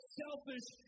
selfish